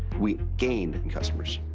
we gained customers.